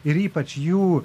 ir ypač jų